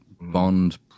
Bond